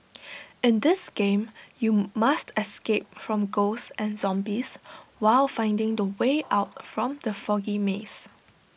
in this game you must escape from ghosts and zombies while finding the way out from the foggy maze